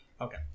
Okay